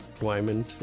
Wyman